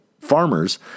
farmers